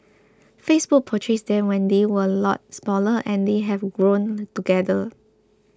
Facebook purchased them when they were lot smaller and they have grown together